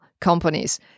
companies